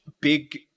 big